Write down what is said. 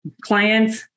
clients